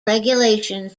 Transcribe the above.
regulations